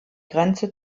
grenze